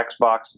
Xbox